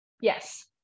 Yes